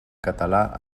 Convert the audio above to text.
català